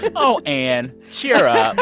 but oh, ann, cheer up